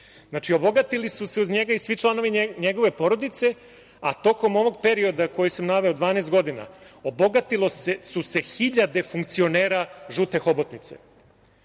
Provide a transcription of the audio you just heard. Znači, obogatili su se uz njega i svi članovi njegove porodice, a tokom ovog perioda koji sam naveo, 12 godina, obogatile su se hiljade funkcionera žute hobotnice. Obavestiću